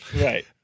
Right